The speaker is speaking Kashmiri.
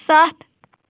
سَتھ